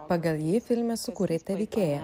pagal jį filme sukūrėte veikėją